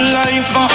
life